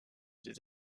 des